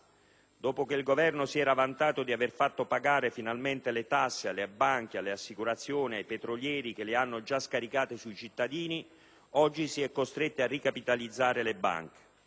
dopo che il Governo si era vantato di aver fatto finalmente pagare le tasse alle banche, alle assicurazioni ed ai petrolieri, che le hanno già scaricate sui cittadini, oggi si è costretti a ricapitalizzare le banche.